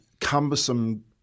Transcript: cumbersome